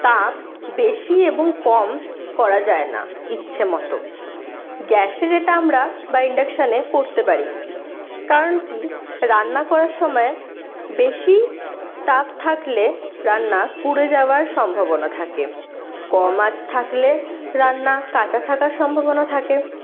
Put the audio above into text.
তাপ বেশি এবং কম করা যায় না ইচ্ছে মতো গ্যাসে যেটা আমরা বা ইন্ডাকশনে করতে পারি কারণ কি রান্না করার সময় বেশি তাপ থাকলে রান্না পুড়ে যাওয়ার সম্ভাবনা থাকে কম আঁচ থাকলে রান্না কাঁচা থাকার সম্ভবনা থাকে